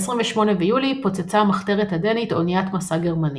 ב-28 ביולי פוצצה המחתרת הדנית אניית משא גרמנית.